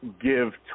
give